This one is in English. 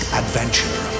adventure